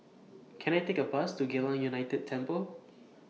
Can I Take A Bus to Geylang United Temple